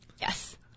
Yes